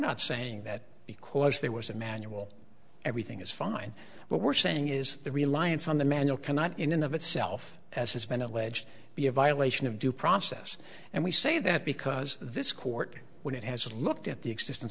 not saying that because there was a manual everything is fine but we're saying is the reliance on the manual cannot in and of itself as has been alleged to be a violation of due process and we say that because this court when it has looked at the existence